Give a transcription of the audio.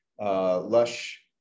Lush